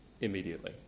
immediately